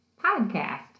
podcast